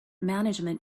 management